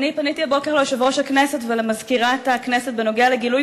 פניתי הבוקר ליושב-ראש הכנסת ולמזכירת הכנסת בנוגע לגילוי